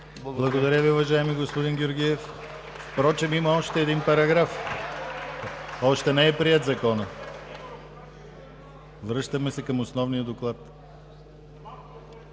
Благодаря Ви, уважаеми господин Георгиев. Има още един параграф. Още не е приет Законът. Връщаме се съм основния Доклад.